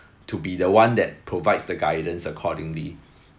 to be the one that provides the guidance accordingly